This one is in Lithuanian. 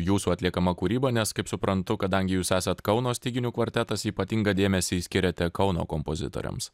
jūsų atliekama kūryba nes kaip suprantu kadangi jūs esat kauno styginių kvartetas ypatingą dėmesį skiriate kauno kompozitoriams